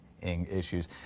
issues